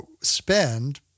spend